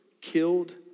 killed